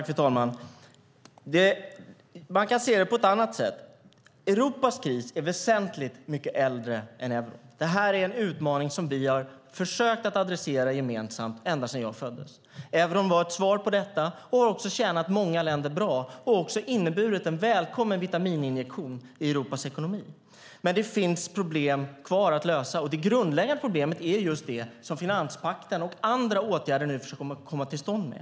Fru talman! Man kan se det på ett annat sätt. Europas kris är väsentligt mycket äldre än euron. Det här är en utmaning som vi har försökt att adressera gemensamt ända sedan jag föddes. Euron var ett svar på detta. Den har tjänat många länder bra och också inneburit en välkommen vitamininjektion i Europas ekonomi. Men det finns problem kvar att lösa. Det grundläggande problemet är just det som man med finanspakten och andra åtgärder nu försöker komma till rätta med.